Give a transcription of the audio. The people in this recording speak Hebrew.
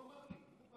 הוא בא ואמר לי.